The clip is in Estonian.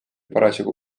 parasjagu